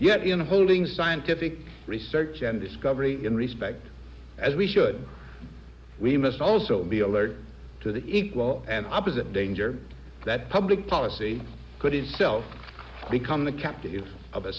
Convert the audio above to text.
yet in holding scientific research and discovery in respect as we should we must also be alert to the equal and opposite danger that public policy could itself become the captive of a